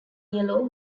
yellow